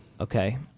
Okay